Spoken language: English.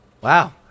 Wow